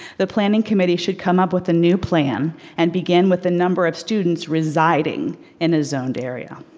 the planning committee should come up with a new plan and begin with the number of students residing in a zoned area.